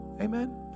Amen